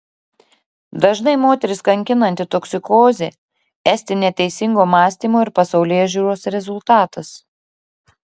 dažnai moteris kankinanti toksikozė esti neteisingo mąstymo ir pasaulėžiūros rezultatas